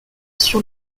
sur